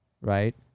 right